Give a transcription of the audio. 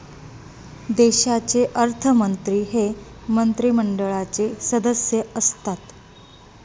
देशाचे अर्थमंत्री हे मंत्रिमंडळाचे सदस्य असतात